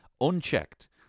Unchecked